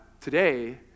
today